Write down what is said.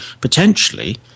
potentially